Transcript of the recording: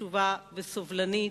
קשובה וסובלנית,